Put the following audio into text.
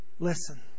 listen